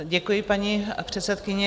Děkuji, paní předsedkyně.